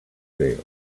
failed